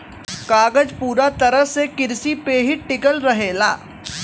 कागज पूरा तरह से किरसी पे ही टिकल रहेला